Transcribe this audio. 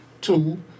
Two